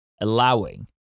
allowing